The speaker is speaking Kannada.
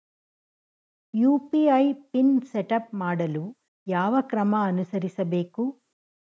ಯು.ಪಿ.ಐ ಪಿನ್ ಸೆಟಪ್ ಮಾಡಲು ಯಾವ ಕ್ರಮ ಅನುಸರಿಸಬೇಕು?